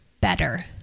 better